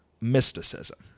mysticism